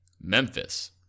Memphis